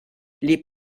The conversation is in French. les